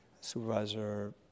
Supervisor